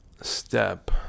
step